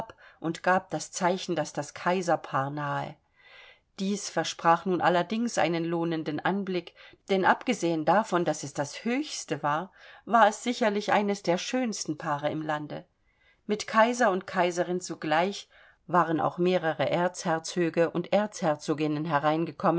und gab das zeichen daß das kaiserpaar nahe dies versprach nun allerdings einen lohnenden anblick denn abgesehen davon daß es das höchste war war es sicherlich eins der schönsten paare im lande mit kaiser und kaiserin zugleich waren auch mehrere erzherzoge und erzherzoginnen